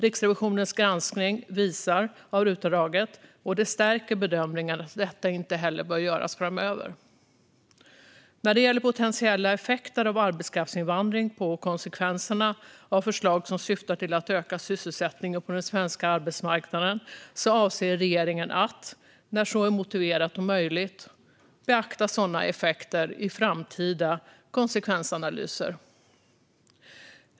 Riksrevisionens granskning av RUT-avdraget stärker bedömningen att detta inte heller bör göras framöver. När det gäller potentiella effekter av arbetskraftsinvandring på konsekvenserna av förslag som syftar till att öka sysselsättningen på den svenska arbetsmarknaden avser regeringen att, när så är motiverat och möjligt, beakta sådana effekter i framtida konsekvensanalyser.